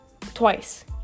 twice